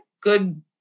good